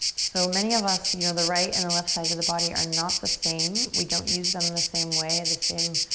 so many of us, you know the right and left side of the body are not the same. we don't use them the same way, the same